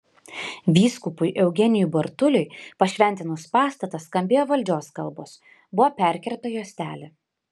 vyskupui eugenijui bartuliui pašventinus pastatą skambėjo valdžios kalbos buvo perkirpta juostelė